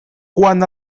quan